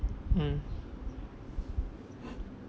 mm